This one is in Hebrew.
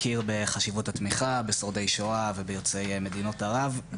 מכיר בחשיבות התמיכה בשורדי שואה וביוצאי מדינות ערב.